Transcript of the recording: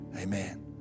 Amen